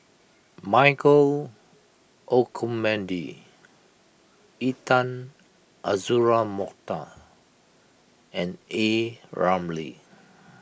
Michael Olcomendy Intan Azura Mokhtar and A Ramli